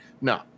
No